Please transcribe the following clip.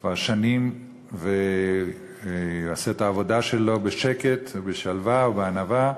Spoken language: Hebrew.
שכבר שנים עושה את העבודה שלו בשקט ובשלווה ובענווה.